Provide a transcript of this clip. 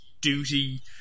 duty